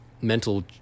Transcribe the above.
mental